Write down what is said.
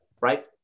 right